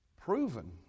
proven